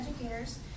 educators